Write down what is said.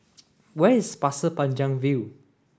where is Pasir Panjang View